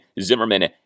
Zimmerman